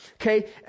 Okay